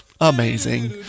Amazing